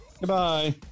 Goodbye